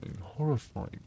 horrifying